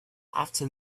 after